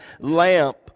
lamp